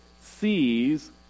sees